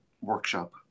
workshop